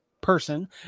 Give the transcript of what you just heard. person